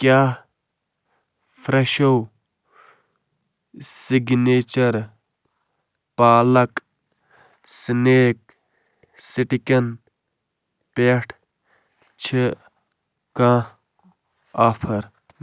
کیٛاہ Fresho signature palak snack سٹِکٮ۪ن پٮ۪ٹھ چھِ کانٛہہ آفر